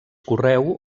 correu